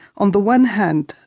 on the one hand,